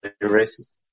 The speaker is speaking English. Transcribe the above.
races